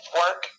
work